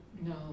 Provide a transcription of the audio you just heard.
No